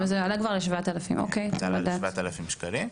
כ-5,000 שקלים.